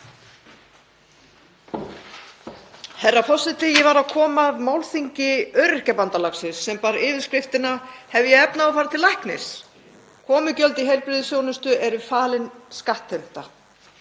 Herra forseti. Ég var að koma af málþingi Öryrkjabandalagsins sem bar yfirskriftina: Hef ég efni á að fara til læknis? Komugjöld í heilbrigðisþjónustu eru falin skattheimta.